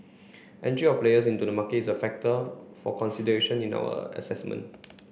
entry of players into the market is a factor for consideration in our assessment